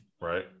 Right